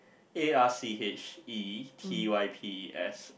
A R C H E T Y P E S